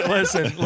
Listen